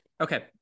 okay